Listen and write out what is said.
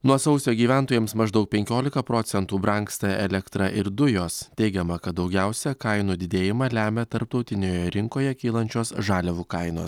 nuo sausio gyventojams maždaug penkiolika procentų brangsta elektra ir dujos teigiama kad daugiausia kainų didėjimą lemia tarptautinėje rinkoje kylančios žaliavų kainos